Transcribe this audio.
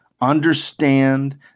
Understand